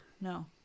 No